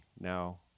now